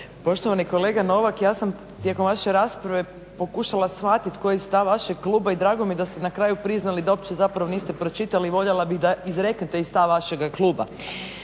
Poštovani kolega Novak, ja sam tijekom vaše rasprave pokušala shvatiti koji je stav vašeg kluba i drago mi je da ste na kraju priznali da uopće zapravo niste pročitali i voljela bih da izreknete stav vašega kluba.